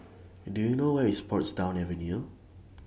Do YOU know Where IS Portsdown Avenue